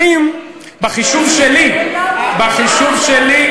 20 בחישוב שלי.